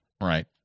right